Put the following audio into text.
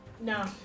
No